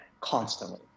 constantly